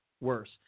worse